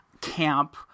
camp